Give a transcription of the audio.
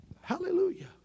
Hallelujah